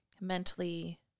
mentally